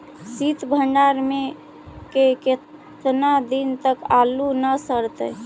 सित भंडार में के केतना दिन तक आलू न सड़तै?